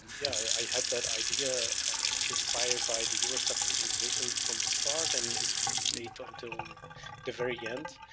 yeah i had that idea inspired by the eurostat visualisation from the start and it, it stayed until the very end.